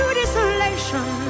desolation